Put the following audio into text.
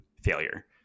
failure